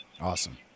Awesome